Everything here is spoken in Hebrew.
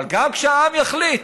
אבל גם כשהעם יחליט,